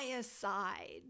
side